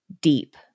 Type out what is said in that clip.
deep